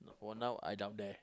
for now I down there